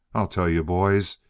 i'll tell you, boys.